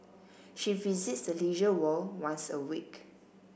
she visits the Leisure World once a week